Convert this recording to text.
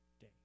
day